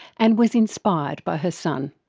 and was inspired by her son.